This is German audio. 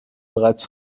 bereits